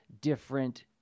different